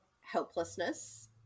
helplessness